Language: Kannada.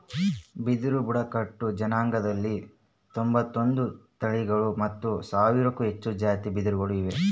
ಬಿದಿರು ಬುಡಕಟ್ಟು ಜನಾಂಗದಲ್ಲಿ ತೊಂಬತ್ತೊಂದು ತಳಿಗಳು ಮತ್ತು ಸಾವಿರಕ್ಕೂ ಹೆಚ್ಚು ಜಾತಿ ಬಿದಿರುಗಳು ಇವೆ